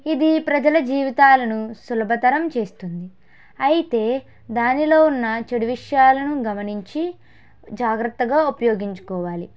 ఇది ప్రజల జీవితాలను సులభతరం చేస్తుంది అయితే దానిలో ఉన్న చెడు విషయాల్ను గమనించి జాగ్రత్తగా ఉపయోగించుకోవాలి